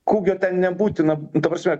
kūgio ten nebūtina ta prasme